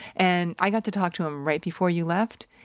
and i got to talk to him right before you left.